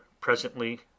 presently